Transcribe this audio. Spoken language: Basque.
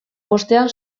bostean